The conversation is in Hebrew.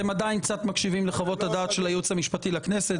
אתם עדיין קצת מקשיבים לחוות הדעת של הייעוץ המשפטי לכנסת.